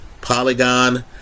Polygon